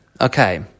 Okay